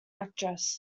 actress